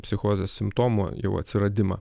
psichozės simptomų jau atsiradimą